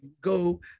go